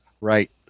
Right